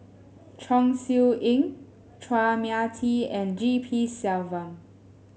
Chong Siew Ying Chua Mia Tee and G P Selvam